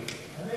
כן.